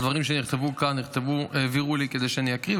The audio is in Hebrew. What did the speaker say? את הדברים שנכתבו כאן העבירו לי כדי שאני אקריא.